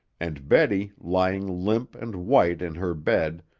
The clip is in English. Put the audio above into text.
and betty, lying limp and white in her bed,